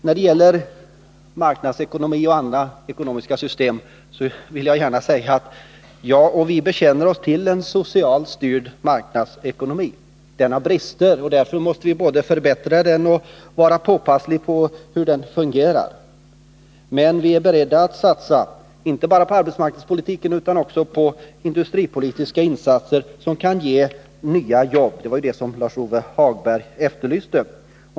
När det gäller marknadsekonomi och andra ekonomiska system vill jag gärna säga att vi bekänner oss till en socialt styrd marknadsekonomi. Den har brister, och därför måste vi både förbättra den och vara påpassliga och se efter hur den fungerar. Men vi är beredda att satsa, inte bara på arbetsmarknadspolitiken utan också på industripolitiska insatser som kan ge nya jobb. Det var ju det som Lars-Ove Hagberg efterlyste.